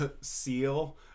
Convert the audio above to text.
seal